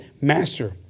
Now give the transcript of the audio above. Master